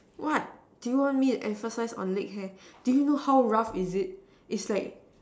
what do you want me emphasize on leg hair do you know how rough is it is like